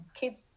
kids